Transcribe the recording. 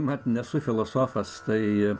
mat nesu filosofas tai